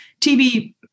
TB